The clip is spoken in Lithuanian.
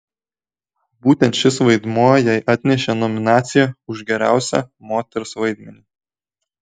būtent šis vaidmuo jai atnešė nominaciją už geriausią moters vaidmenį